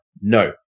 No